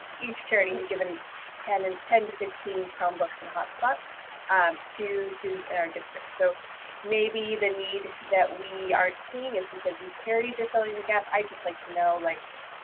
each charity has and given ten and ten to fifteen chromebooks and hotspots to students in our district. so maybe the need that we aren't seeing is because these charities are filling the gap, i just like to know, like,